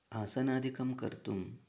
आसनादिकं कर्तुम्